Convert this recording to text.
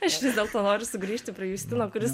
aš vis dėlto noriu sugrįžti prie justino kuris